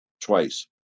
twice